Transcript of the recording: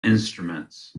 instruments